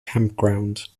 campground